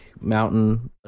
mountain